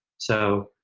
so,